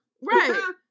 Right